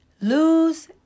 Lose